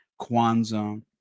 Kwanzaa